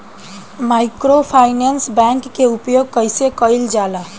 Microfinance bank के उपयोग कइसे कइल जाला?